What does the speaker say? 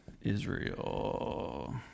Israel